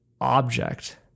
object